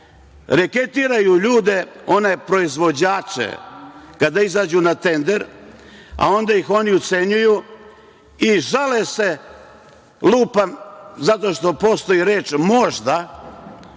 reketiraju ljude, one proizvođače, kada izađu na tender, a onda ih oni ucenjuju i žale se, lupam, zato što postoji reč „možda“